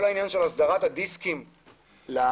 כל העניין של הסדרת הדיסקים לכניסה,